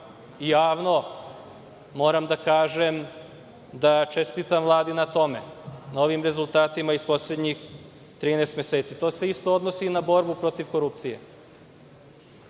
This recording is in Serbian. javno moram da kažem i da čestitam Vladi na tome, na ovim rezultatima iz poslednjih 13 meseci. To se isto odnosi i na borbu protiv korupcije.S